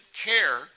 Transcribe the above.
care